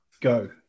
Go